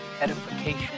edification